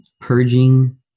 purging